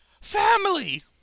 Family